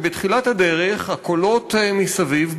שבתחילת הדרך הקולות מסביב,